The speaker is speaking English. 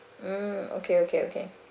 mm okay okay okay